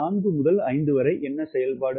4 முதல் 5 வரை என்ன செயல்பாடு